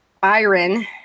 Byron